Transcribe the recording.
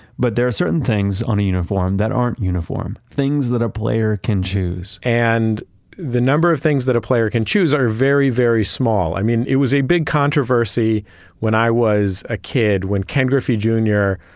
but there are certain things on a uniform that aren't uniform. things that a player can choose. and the number of things that a player can choose are very, very small. i mean it was a big controversy when i was a kid when ken griffey jr. and